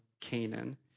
Canaan